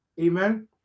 Amen